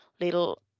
little